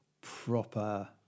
Proper